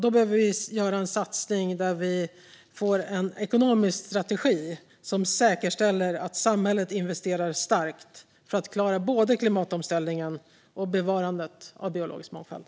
Då behöver vi göra en satsning där vi får en ekonomisk strategi som säkerställer att samhället investerar starkt för att klara både klimatomställningen och bevarandet av biologisk mångfald.